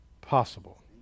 possible